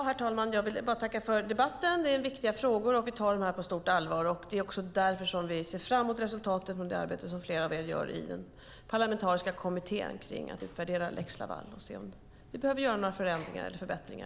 Herr talman! Jag vill bara tacka för debatten. Det är viktiga frågor och vi tar dem på stort allvar. Det är också därför som vi ser fram emot resultatet av det arbete som flera av er gör i den parlamentariska kommittén kring att utvärdera lex Laval för att se om vi behöver göra några förändringar eller förbättringar.